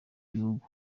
gihugu